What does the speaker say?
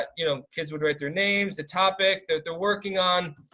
ah you know, kids would write their names, the topic that they're working on.